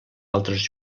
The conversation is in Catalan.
altres